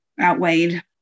outweighed